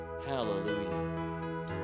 Hallelujah